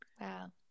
wow